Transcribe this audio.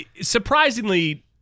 Surprisingly